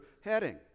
heading